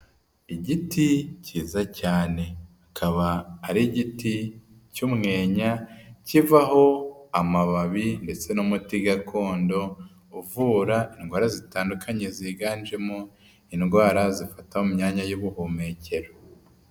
Igiti kiza cyane kikaba ari igiti cy'umwenya kivaho amababi ndetse n'umuti gakondo, uvura indwara zitandukanye ziganjemo indwara zifata mu myanya y'ubuhumekero.